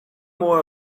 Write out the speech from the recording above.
more